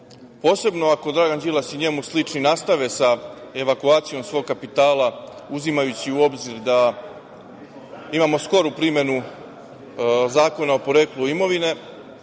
posebno ako Dragan Đilas i njemu slični nastave sa evakuacijom svog kapitala, uzimajući u obzir da imamo skoru primenu Zakona o poreklu imovine?